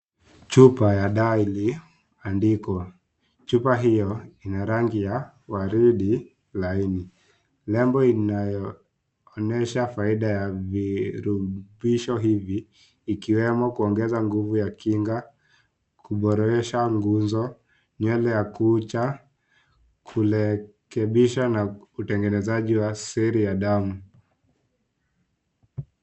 Chupa ya dawa iliyoandikwa. Chupa hiyo ina rangi ya waridi laini lengo inayoonyesha faida ikiwemo kuongeza nguvu za kinga, kiboresha gunzo nywele za kutekebisha na utengenezaji siri ya damu .